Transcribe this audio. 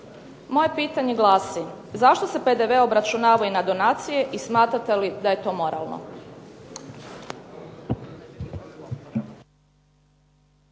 Moje pitanje glasi zašto se PDV obračunava i na donacije i smatrate li da je to moralno?